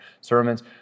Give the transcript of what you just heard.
sermons